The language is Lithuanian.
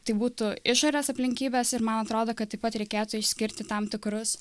tai būtų išorės aplinkybės ir man atrodo kad taip pat reikėtų išskirti tam tikrus